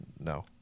No